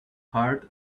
heart